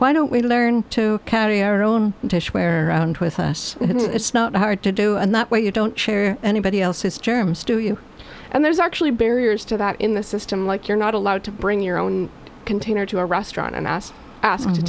why don't we learn to carry our own fish where with us it's not hard to do and that way you don't share anybody else's germs to you and there's actually barriers to that in the system like you're not allowed to bring your own container to a restaurant and asked